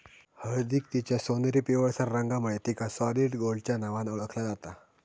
हळदीक तिच्या सोनेरी पिवळसर रंगामुळे तिका सॉलिड गोल्डच्या नावान ओळखला जाता